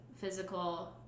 physical